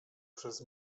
przez